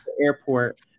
airport